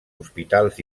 hospitals